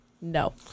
No